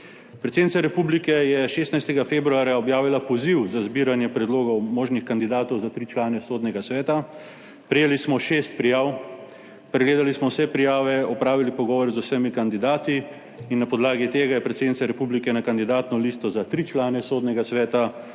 Predsednica republike je 16. februarja objavila poziv za zbiranje predlogov možnih kandidatov za tri člane Sodnega sveta. Prejeli smo šest prijav. Pregledali smo vse prijave, opravili pogovor z vsemi kandidati in na podlagi tega je predsednica republike na kandidatno listo za tri člane Sodnega sveta